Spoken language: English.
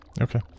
Okay